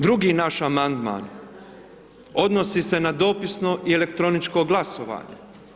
Drugi naš amandman odnosi se na dopisno i elektroničko glasovanje.